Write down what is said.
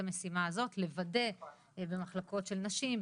המשימה הזאת על מנת לוודא במחלקות של נשים,